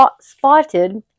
spotted